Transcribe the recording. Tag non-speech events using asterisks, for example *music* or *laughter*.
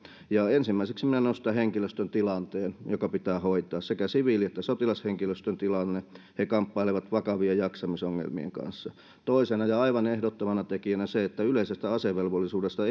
ensimmäiseksi nostan henkilöstön tilanteen joka pitää hoitaa sekä siviili että sotilashenkilöstön tilanne he kamppailevat vakavien jaksamisongelmien kanssa toisena ja aivan ehdottomana tekijänä se että yleisestä asevelvollisuudesta *unintelligible*